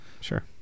Sure